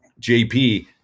JP